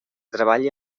treballi